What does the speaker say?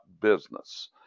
business